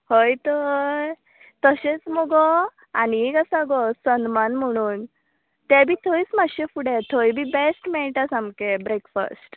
हय तर तशेंच मुगो आनी एक आसा गो सल्मान म्हणून तें बी थंयच माश्शें फुडें थंय बी बॅस्ट मेळटा सामकें ब्रॅकफस्ट